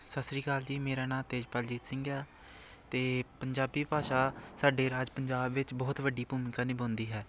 ਸਤਿ ਸ਼੍ਰੀ ਅਕਾਲ ਜੀ ਮੇਰਾ ਨਾਂ ਤੇਜਪਾਲਜੀਤ ਸਿੰਘ ਆ ਅਤੇ ਪੰਜਾਬੀ ਭਾਸ਼ਾ ਸਾਡੇ ਰਾਜ ਪੰਜਾਬ ਵਿੱਚ ਬਹੁਤ ਵੱਡੀ ਭੂਮਿਕਾ ਨਿਭਾਉਂਦੀ ਹੈ